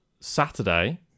Saturday